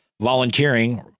volunteering